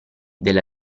della